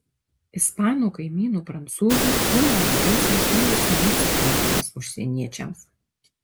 ispanų kaimynų prancūzų humoro jausmas ne visuomet suprantamas užsieniečiams